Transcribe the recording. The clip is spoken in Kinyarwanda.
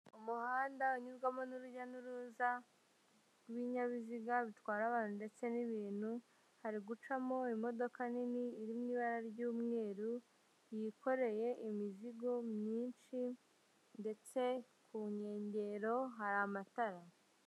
Umuhanda unyurwamo n'urujya n'uruza rw'ibinyabiziga bitwara abantu ndetse n'ibintu, hari gucamo imodoka nini iri mu ibara ry'umweru yikoreye imizigo myinshi ndetse ku nkengero hari amatara.